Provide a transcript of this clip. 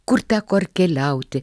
kur teko ar keliauti